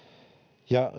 ja